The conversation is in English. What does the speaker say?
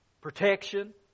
protection